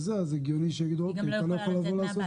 הגיוני שיגידו: אז אתה כנראה לא יכול לנהוג.